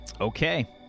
Okay